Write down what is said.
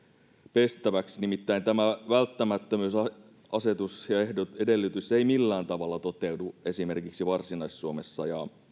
pestäväksi nimittäin tämä välttämättömyysasetus ja edellytys ei millään tavalla toteudu esimerkiksi varsinais suomessa ja